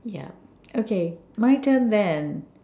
ya okay mine turn then